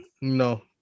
No